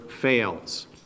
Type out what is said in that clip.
fails